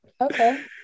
Okay